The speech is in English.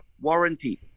warranty